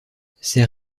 ces